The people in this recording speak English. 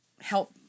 help